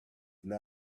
not